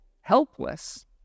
helpless